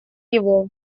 его